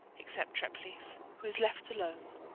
except treplieff, who is left alone.